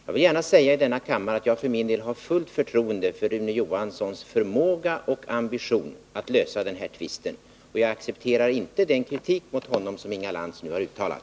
Jag vill i denna kammare gärna säga att jag för min del har fullt förtroende för Rune Johanssons förmåga och ambition att lösa den här tvisten, och jag accepterar inte den kritik mot honom som Inga Lantz nu har uttalat.